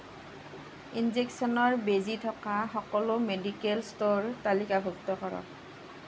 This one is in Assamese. ইনজেকচনৰ বেজী থকা সকলো মেডিকেল ষ্ট'ৰ তালিকাভুক্ত কৰক